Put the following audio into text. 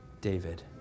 David